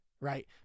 right